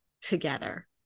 together